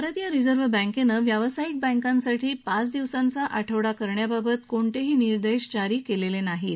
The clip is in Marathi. भारतीय रिझर्व्ह बँकेनं व्यावसायिक बँकांसाठी पाच दिवसांच्या आठवड्याबाबत कोणतेही निर्देश जारी केलेले नाहीत